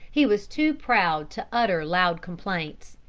he was too proud to utter loud complaints.